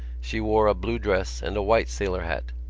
she wore a blue dress and a white sailor hat.